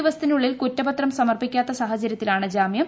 ദിവസത്തിനുള്ളിൽ കുറ്റപത്രം ്സമർപ്പിക്കാത്ത സാഹചരൃത്തിലാണ് ജാമ്യം